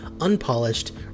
unpolished